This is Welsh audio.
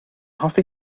hoffi